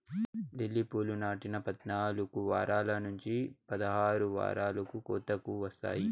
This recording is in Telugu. లిల్లీ పూలు నాటిన పద్నాలుకు వారాల నుంచి పదహారు వారాలకు కోతకు వస్తాయి